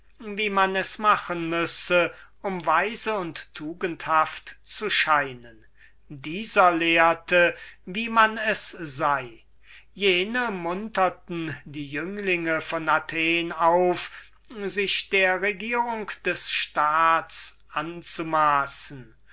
wie man es machen müsse um weise und tugendhaft zu scheinen dieser lehrte wie man es sei jene munterten die jünglinge von athen auf sich der regierung des staats anzumaßen